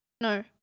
No